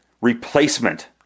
replacement